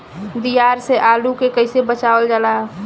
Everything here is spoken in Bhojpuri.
दियार से आलू के कइसे बचावल जाला?